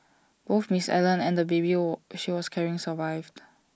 both miss Allen and the baby war she was carrying survived